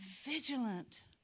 vigilant